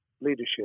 leadership